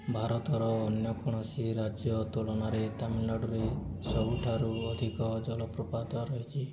ଭାରତର ଅନ୍ୟ କୌଣସି ରାଜ୍ୟ ତୁଳନାରେ ତାମିଲନାଡ଼ୁରେ ସବୁଠାରୁ ଅଧିକ ଜଳପ୍ରପାତ ରହିଛି